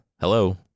hello